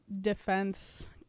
defense